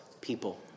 people